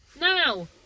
Now